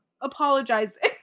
apologizing